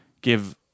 give